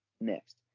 next